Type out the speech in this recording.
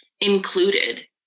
included